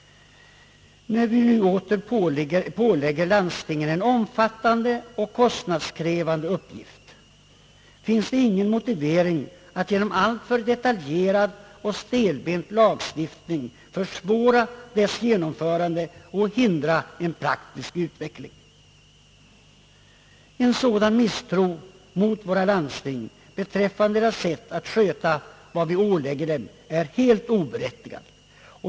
När vi nu åter pålägger landstingen en omfattande och kostnadskrävande uppgift, finns det ingen motivering för att genom alltför detaljerad och stelbent lagstiftning försvåra reformens genomförande och hindra en praktisk utveckling. En sådan misstro mot våra landsting beträffande deras sätt att sköta vad vi ålägger dem är helt oberättigad.